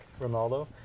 Ronaldo